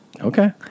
Okay